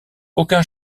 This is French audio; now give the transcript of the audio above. aucun